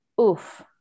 Oof